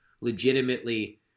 legitimately